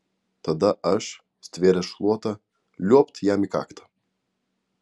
tada aš stvėręs šluotą liuobt jam į kaktą